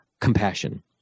compassion